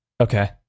Okay